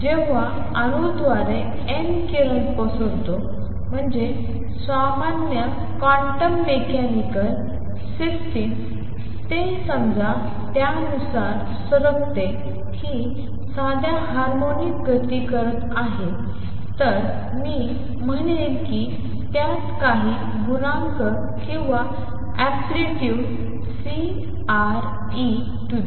जेव्हा अणू द्वारे n किरण पसरतो म्हणजे सामान्य क्वांटम मेकॅनिकल सिस्टीम ते समजा त्यानुसार सरकते की साध्या हार्मोनिक गती करत आहे तर मी म्हणेन की त्यात काही गुणांक किंवा अँप्लितुड Ceiτnt